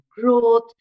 growth